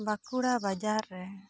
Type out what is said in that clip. ᱵᱟᱠᱩᱲᱟ ᱵᱟᱡᱟᱨ ᱨᱮ